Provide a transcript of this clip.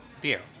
beer